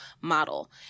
model